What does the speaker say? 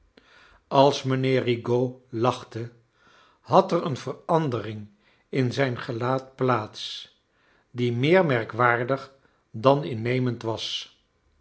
als mijnheer rigaud lachte had er een verandering in zijn gelaat plaats die meer merkwaardig dan innemend was